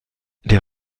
der